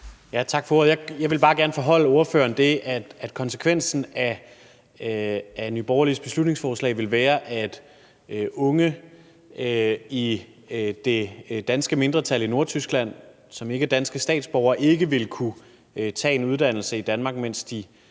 Tak for ordet. Jeg vil bare gerne foreholde ordføreren, at konsekvensen af Nye Borgerliges beslutningsforslag ville være, at unge fra det danske mindretal i Nordtyskland, som ikke er danske statsborgere, ikke kunne tage en uddannelse i Danmark og modtage